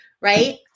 right